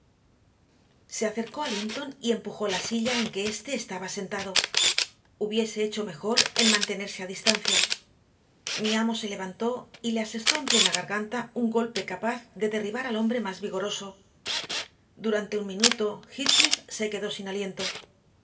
se acercó a linton y empujó la silla en que éste estaba sentado hubiese hecho mejor en mantenerse a distancia mi amo se levantó y le asestó en plena garganta un golpe capaz de derribar al hombre más vigoroso durante un minuto heathcliff quedó sin aliento